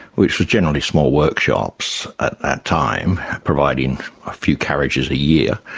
which was generally small workshops at that time, providing a few carriages a year,